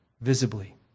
visibly